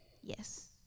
Yes